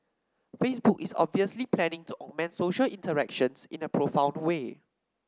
Facebook is obviously planning to augment social interactions in a profound way